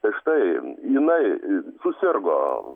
tai štai jinai susirgo